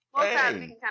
Hey